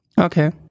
Okay